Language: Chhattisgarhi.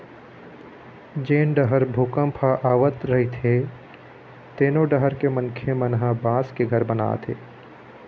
जेन डहर भूपंक ह आवत रहिथे तेनो डहर के मनखे मन ह बांस के घर बनाथे